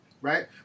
right